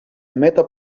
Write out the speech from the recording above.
meta